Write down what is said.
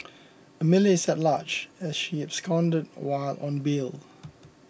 Amelia is at large as she absconded while on bail